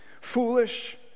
foolish